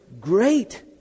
Great